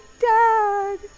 dad